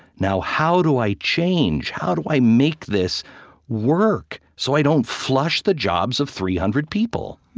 now, how do i change? how do i make this work so i don't flush the jobs of three hundred people?